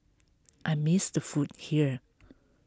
I miss the food here